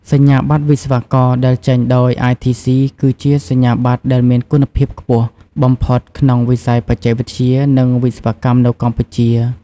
សញ្ញាបត្រវិស្វករដែលចេញដោយ ITC គឺជាសញ្ញាបត្រដែលមានគុណភាពខ្ពស់បំផុតក្នុងវិស័យបច្ចេកវិទ្យា និងវិស្វកម្មនៅកម្ពុជា។